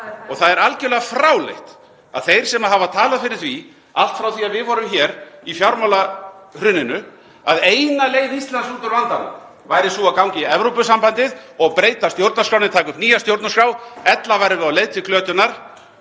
Og það er algerlega fráleitt að þeir sem hafa talað fyrir því, allt frá því að við vorum hér í fjármálahruninu, að eina leið Íslands út úr vandanum væri sú að ganga í Evrópusambandið og breyta stjórnarskránni, taka upp nýja stjórnarskrá, ella værum við á leið til glötunar,